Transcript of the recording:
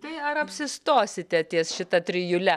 tai ar apsistosite ties šita trijule